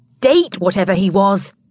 date-whatever-he-was